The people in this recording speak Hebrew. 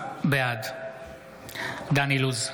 בעד דן אילוז,